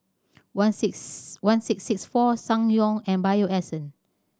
one six one six six four Ssangyong and Bio Essence